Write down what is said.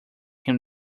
him